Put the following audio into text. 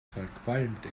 verqualmt